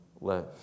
live